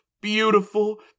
beautiful